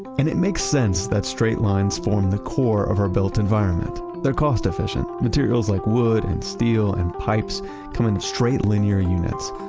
and it makes sense that straight lines form the core of our built environment. they're cost efficient, materials like wood and steel and pipes come in straight linear units,